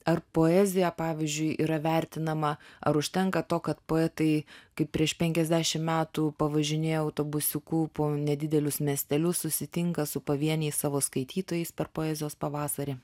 ar poezija pavyzdžiui yra vertinama ar užtenka to kad poetai kaip prieš penkiasdešimt metų pavažinėja autobusiuku po nedidelius miestelius susitinka su pavieniais savo skaitytojais per poezijos pavasarį